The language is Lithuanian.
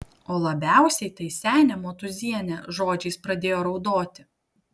o labiausiai tai senė motūzienė žodžiais pradėjo raudoti